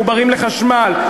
מחוברים לחשמל,